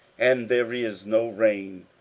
and there is no rain,